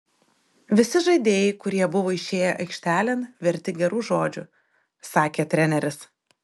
visi žaidėjai kurie buvo išėję aikštelėn verti gerų žodžių sakė treneris